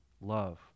love